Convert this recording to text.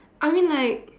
I mean like